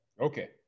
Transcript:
Okay